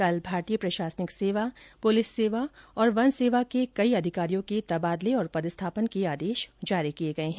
कल भारतीय प्रशासनिक सेवा पुलिस सेवा और वन सेवा के कई अधिकारियों के तबादले और पदस्थापन के आदेश जारी किए गए हैं